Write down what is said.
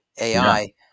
AI